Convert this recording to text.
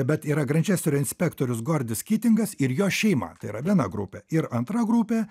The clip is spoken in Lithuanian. bet yra grančesterio inspektorius gordis kitingas ir jo šeima tai yra viena grupė ir antra grupė